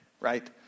right